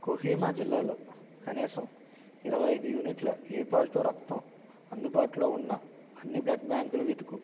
కొహిమా జిల్లాలో కనీసం ఇరవై ఐదు యూనిట్ల ఏ పాజిటివ్ రక్తం అందుబాటులో ఉన్న అన్ని బ్లడ్ బ్యాంకులు వెతుకు